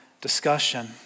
discussion